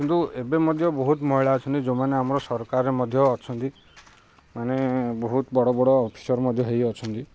କିନ୍ତୁ ଏବେ ମଧ୍ୟ ବହୁତ ମହିଳା ଅଛନ୍ତି ଯେଉଁମାନେ ଆମର ସରକାର ମଧ୍ୟ ଅଛନ୍ତି ମାନେ ବହୁତ ବଡ଼ ବଡ଼ ଅଫିସର୍ ମଧ୍ୟ ହେଇ ଅଛନ୍ତି